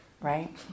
right